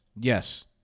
Yes